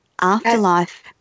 afterlife